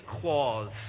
clause